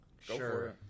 Sure